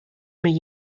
mir